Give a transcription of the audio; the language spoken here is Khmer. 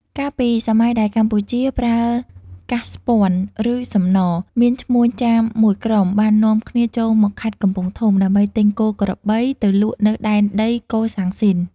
កាលពីសម័យដែលកម្ពុជាប្រើកាសស្ពាន់ឬសំណរ មានឈ្មួញចាមមួយក្រុមបាននាំគ្នាចូលមកខេត្តកំពង់ធំ ដើម្បីទិញគោក្របីទៅលក់នៅដែនដីកូសាំងស៊ីន។